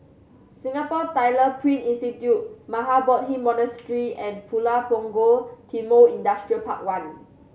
Singapore Tyler Print Institute Mahabodhi Monastery and Pulau Punggol Timor Industrial Park One